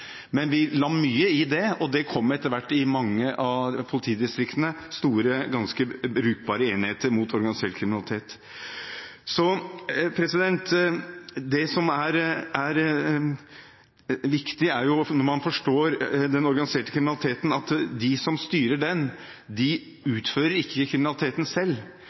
Vi la mye i det, og det kom etter hvert store og ganske brukbare enheter mot organisert kriminalitet i mange av politidistriktene. For å forstå den organiserte kriminaliteten er det viktig å vite at de som styrer den, ikke utfører kriminaliteten selv.